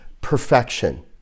perfection